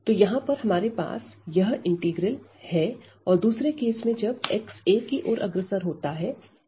तो यहां पर हमारे पास यह इंटीग्रल है और दूसरे केस में जब x a की ओर अग्रसर होता है fx की ओर जाता है